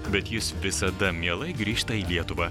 bet jis visada mielai grįžta į lietuvą